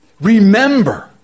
Remember